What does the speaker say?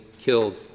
killed